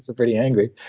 so pretty angry,